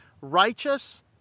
righteous